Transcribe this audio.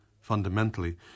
fundamentally